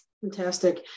fantastic